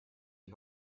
die